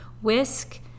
whisk